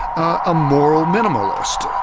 a moral minimalist.